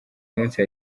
munsi